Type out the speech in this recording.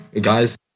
Guys